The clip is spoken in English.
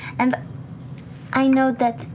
and i know that,